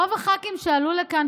רוב הח"כים שעלו לכאן,